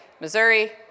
Missouri